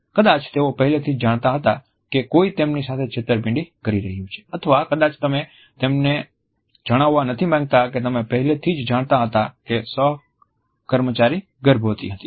કદાચ તેઓ પહેલેથી જ જાણતા હતા કે કોઈ તેમની સાથે છેતરપિંડી કરી રહ્યું છે અથવા કદાચ તમે તેમને જણાવવા નથી માંગતા કે તમે પહેલેથી જ જાણતા હતા કે સહકર્મચારી ગર્ભવતી હતી